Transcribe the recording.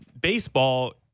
Baseball